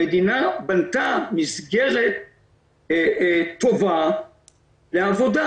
המדינה בנתה מסגרת טובה לעבודה.